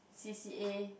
C_C_A